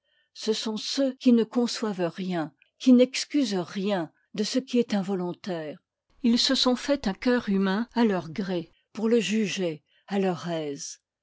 ce sont ceux qui ne conçoivent rien qui n'excusent rien de ce qui est involontaire ils se sont fait un cœur humain à leur gré pour le juger à leur aise